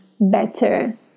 better